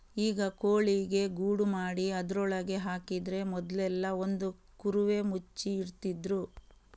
ಈಗ ಕೋಳಿಗೆ ಗೂಡು ಮಾಡಿ ಅದ್ರೊಳಗೆ ಹಾಕಿದ್ರೆ ಮೊದ್ಲೆಲ್ಲಾ ಒಂದು ಕುರುವೆ ಮುಚ್ಚಿ ಇಡ್ತಿದ್ರು